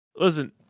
Listen